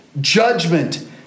judgment